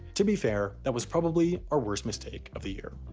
to be fair, that was probably our worst mistake of the year.